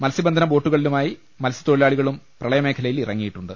മത്സ്യബന്ധന ബോട്ടുകളുമായി മത്സ്യ ത്തൊഴിലാളികളും പ്രളയമേഖലയിൽ ഇറങ്ങിയിട്ടുണ്ട്